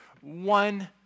one